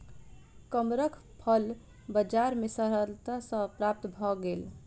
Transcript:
कमरख फल बजार में सरलता सॅ प्राप्त भअ गेल